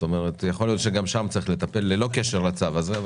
יכול להיות שגם צריך לטפל ללא קשר לצו הזה.